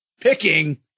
picking